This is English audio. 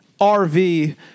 RV